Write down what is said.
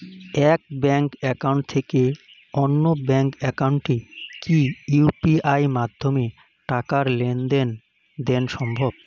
এক bank account থেকে অন্য ব্যাংক একাউন্টে কি ইউ.পি.আই মাধ্যমে টাকার লেনদেন দেন সম্ভব?